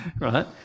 right